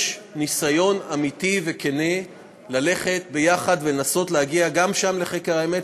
יש ניסיון אמיתי וכן ללכת יחד ולנסות להגיע גם שם לחקר האמת,